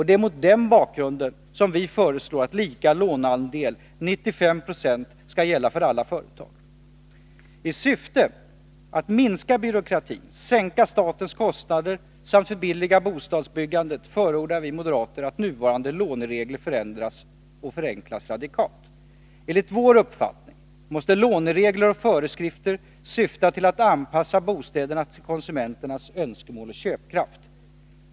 Det är mot denna bakgrund vi föreslår att lika låneandel, 95 Ze, skall gälla för alla företag. I syfte att minska byråkratin, sänka statens kostnader samt förbilliga bostadsbyggandet förordar vi moderater att nuvarande låneregler förändras och förenklas radikalt. Enligt vår uppfattning måste låneregler och föreskrifter syfta till att anpassa bostäderna till konsumenternas önskemål och köpkraft.